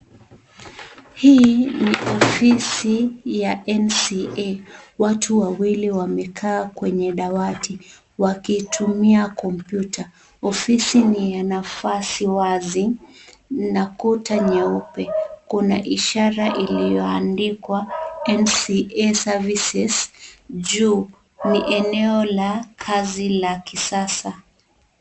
Hii ni ofisi ya NCA.Watu wawili wamekaa kwenye dawati wakitumia kompyuta. Ofisi ni ya nafasi wazi na kuta nyeupe. Kuna ishara iliyoandikwa NCA services juu. Ni eneo la kazi la kisasa.